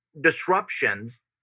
disruptions